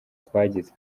twagize